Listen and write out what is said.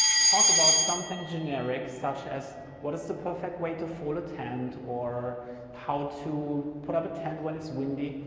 talk about something generic such as what is the perfect way to fold a tent, or how to put up a tent when it's windy.